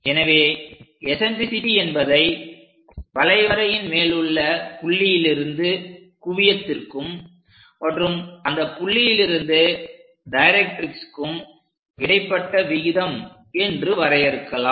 எனவே எசன்ட்ரிசிட்டி என்பதை வளை வரையின் மேலுள்ள புள்ளியிலிருந்து குவியத்திற்கும் மற்றும் அந்த புள்ளியிலிருந்து டைரக்ட்ரிக்ஸ்க்கும் இடைப்பட்ட விகிதம் என்று வரையறுக்கலாம்